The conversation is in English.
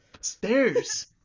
stairs